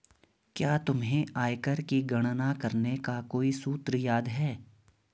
क्या तुम्हें आयकर की गणना करने का कोई सूत्र याद है?